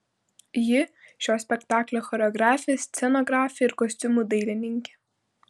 ji šio spektaklio choreografė scenografė ir kostiumų dailininkė